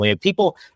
People